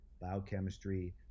biochemistry